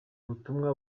ubutumwa